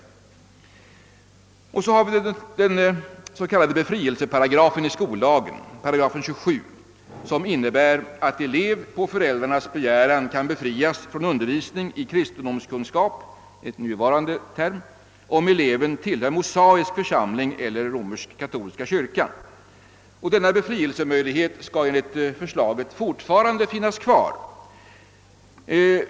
Så kommer jag till den s.k. befrielseparagrafen, 8 27 i skollagen, som innebär att elev på föräldrarnas begäran kan befrias från undervisning i kristendomskunskap — det är den nuvarande termen — ifall eleven tillhör mosaisk församling eller romersk-katolska kyrkan. Denna befrielsemöjlighet skall enligt förslaget fortfarande finnas.